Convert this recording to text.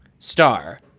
Star